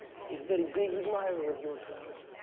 he's very big admirer of of yours, madame.